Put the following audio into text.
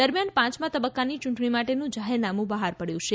દરમિયાન પાંચમા તબક્કાની યૂંટણી માટેનું જાહેરનામું બહાર પડયું છે